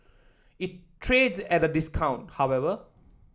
it trades at a discount however